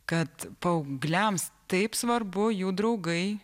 kad paaugliams taip svarbu jų draugai